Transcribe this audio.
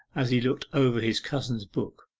as he looked over his cousin's book,